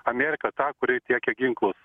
amėrika ta kuri tiekia ginklus